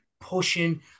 pushing